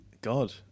god